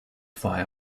via